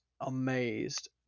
amazed